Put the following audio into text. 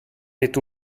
naît